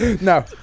No